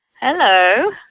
Hello